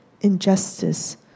injustice